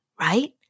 right